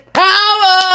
power